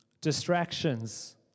distractions